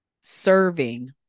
serving